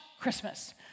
Christmas